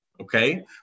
okay